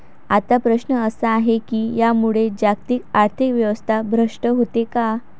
आता प्रश्न असा आहे की यामुळे जागतिक आर्थिक व्यवस्था भ्रष्ट होते का?